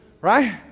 Right